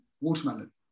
Watermelon